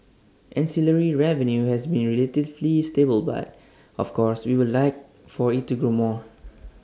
ancillary revenue has been relatively stable but of course we would like for IT to grow more